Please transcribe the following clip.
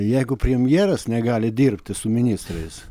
jeigu premjeras negali dirbti su ministrais